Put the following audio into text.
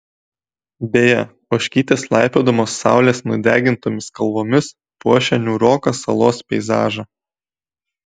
beje ožkytės laipiodamos saulės nudegintomis kalvomis puošia niūroką salos peizažą